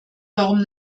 warum